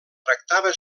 tractava